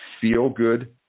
feel-good